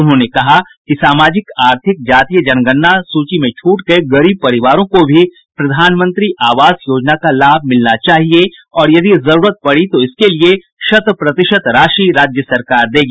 उन्होंने कहा कि सामाजिक आर्थिक जातीय जनगणना सूची में छूट गये गरीब परिवारों को भी प्रधानमंत्री आवास योजना का लाभ मिलना चाहिए और यदि जरूरत पड़ी तो इसके लिए शत प्रतिशत राशि राज्य सरकार देगी